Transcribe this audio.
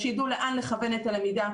שידעו לאן לכוון את הלמידה,